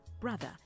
brother